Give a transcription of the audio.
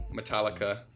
Metallica